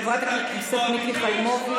חברת הכנסת מיקי חיימוביץ',